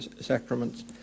sacraments